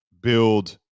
build